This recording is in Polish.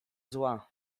zła